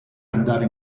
andare